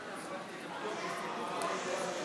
בבקשה,